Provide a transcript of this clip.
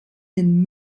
den